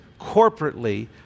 corporately